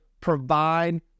provide